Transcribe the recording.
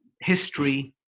history